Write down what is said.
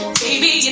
baby